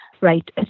right